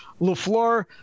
LaFleur